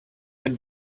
ein